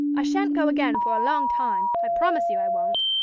i shan't go again for a long time i promise you i won't.